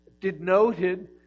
denoted